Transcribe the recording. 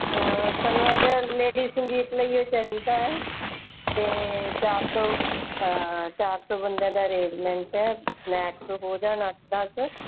ਸਾਨੂੰ ਇਹਦਾ ਲੇਡੀਜ਼ ਸੰਗੀਤ ਲਈ ਚਾਹੀਦਾ ਹੈ ਅਤੇ ਚਾਰ ਸੌ ਹਾਂ ਚਾਰ ਸੌ ਬੰਦਿਆਂ ਦਾ ਅਰੇਂਜਮੈਂਟ ਹੈ ਮੈਕਸ ਹੋ ਜਾਣ ਅੱਠ ਦੱਸ